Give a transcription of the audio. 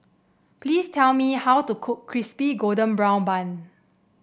please tell me how to cook Crispy Golden Brown Bun